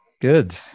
Good